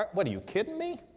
what are you kidding me?